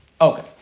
Okay